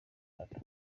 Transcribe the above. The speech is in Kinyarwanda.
rwanda